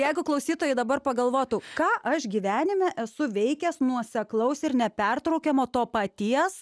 jeigu klausytojai dabar pagalvotų ką aš gyvenime esu veikęs nuoseklaus ir nepertraukiamo to paties